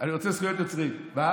אתה יכול גם לדבר אחר כך, אתה